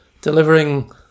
delivering